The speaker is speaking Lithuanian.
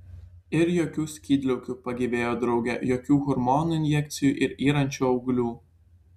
ir jokių skydliaukių pagyvėjo draugė jokių hormonų injekcijų ir yrančių auglių